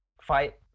fight